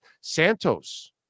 Santos